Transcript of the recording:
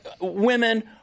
women